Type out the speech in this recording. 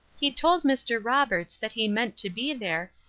he told mr. roberts that he meant to be there,